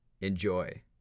Enjoy